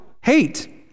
hate